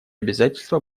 обязательства